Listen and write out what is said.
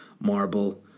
marble